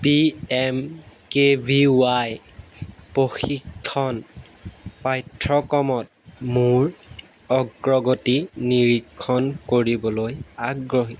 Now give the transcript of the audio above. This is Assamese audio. P M K V Y প্ৰশিক্ষণ পাঠ্যক্ৰমত মোৰ অগ্ৰগতি নিৰীক্ষণ কৰিবলৈ আগ্ৰহী